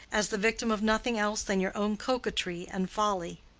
as the victim of nothing else than your own coquetry and folly.